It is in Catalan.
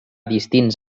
distints